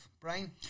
Brian